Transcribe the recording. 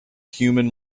human